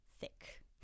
thick